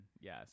Yes